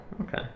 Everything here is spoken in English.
okay